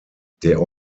der